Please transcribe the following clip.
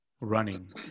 running